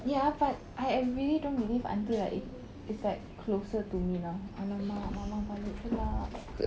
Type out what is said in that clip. ya but I I really don't believe until like it it's like closer to me now !alamak! mama balik pula